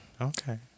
Okay